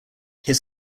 his